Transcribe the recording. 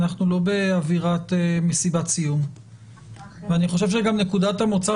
אנחנו לא באווירת מסיבת סיום ואני חושב שגם נקודת המוצא